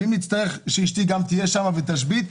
ואם נצטרך שאשתי גם תהיה שמה ותשבית,